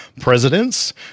presidents